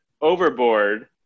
overboard